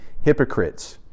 hypocrites